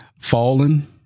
Fallen